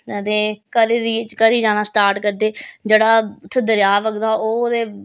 ते घरै दी घरै दी जाना स्टार्ट करदे जेह्ड़ा उत्थें दरेआ बगदा ओह् ते